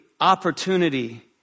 Opportunity